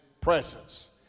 presence